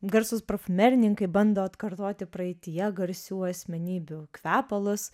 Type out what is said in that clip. garsūs profumerininkai bando atkartoti praeityje garsių asmenybių kvepalus